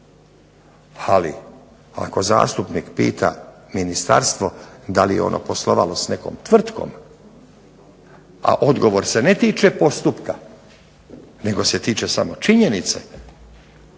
Ali zastupnik pita ministarstvo da li je ono poslovalo s nekom tvrtkom, a odgovor se ne tiče postupka nego se tiče samo činjenice,